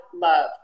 love